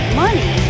money